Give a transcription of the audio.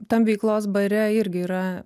tam veiklos bare irgi yra